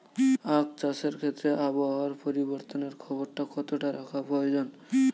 আখ চাষের ক্ষেত্রে আবহাওয়ার পরিবর্তনের খবর কতটা রাখা প্রয়োজন?